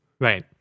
Right